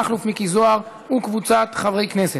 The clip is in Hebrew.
מכלוף מיקי זוהר וקבוצת חברי הכנסת.